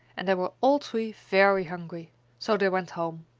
and they were all three very hungry so they went home.